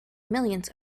millions